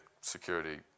security